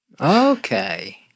Okay